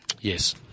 Yes